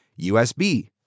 USB